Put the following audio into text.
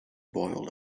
boiled